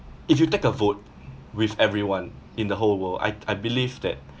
if you take a vote with everyone in the whole world I'd I believe that